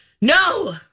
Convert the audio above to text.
No